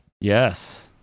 Yes